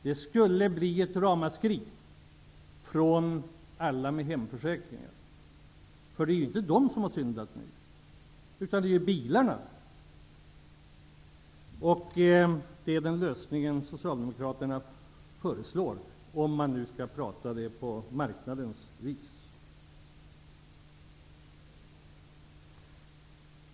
Det skulle bli ett ramaskri från alla dem som har hemförsäkring -- det är ju inte de som har syndat nu, utan bilförsäkringen som har problem. Det är den lösningen som Socialdemokraterna föreslår -- om man nu skall prata på marknadens vis.